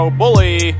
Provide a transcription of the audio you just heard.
bully